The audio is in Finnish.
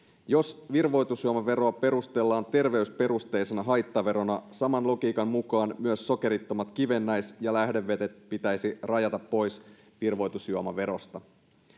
jos virvoitusjuomaveroa perustellaan terveysperusteisena haittaverona saman logiikan mukaan myös sokerittomat kivennäis ja lähdevedet pitäisi rajata pois virvoitusjuomaverosta